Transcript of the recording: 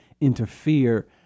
interfere